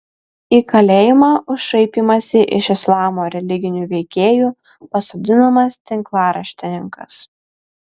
į kalėjimą už šaipymąsi iš islamo religinių veikėjų pasodinamas tinklaraštininkas